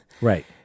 Right